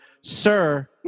sir